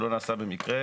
לא נעשה במקרה.